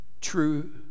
true